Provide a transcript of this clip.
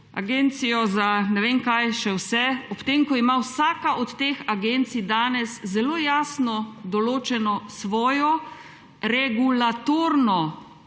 agencijo za ne vem kaj še vse, ob tem ko ima vsaka od teh agencij danes zelo jasno določeno svojo regulatorno